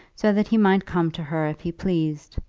so that he might come to her if he pleased.